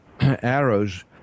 arrows